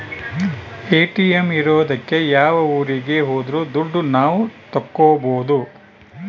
ATM ಇರೋದಕ್ಕೆ ಯಾವ ಊರಿಗೆ ಹೋದ್ರು ದುಡ್ಡು ನಾವ್ ತಕ್ಕೊಬೋದು